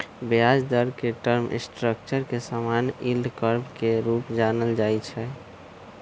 ब्याज दर के टर्म स्ट्रक्चर के समान्य यील्ड कर्व के रूपे जानल जाइ छै